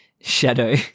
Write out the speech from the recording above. Shadow